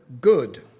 good